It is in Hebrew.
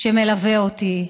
שמלווה אותי,